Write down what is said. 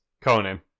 conan